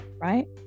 right